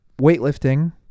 weightlifting